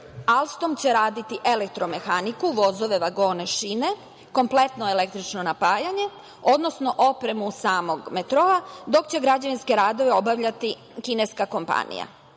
„Alstom“ će raditi elektromehaniku, vozove, vagone, šine, kompletno električno napajanje, odnosno opremu samog metroa, dok će građevinske radove obavljati kineska kompanija.